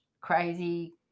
crazy